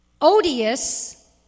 odious